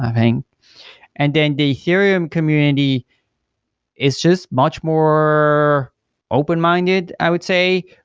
i think. and then the ethereum community it's just much more open-minded, i would say,